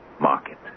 market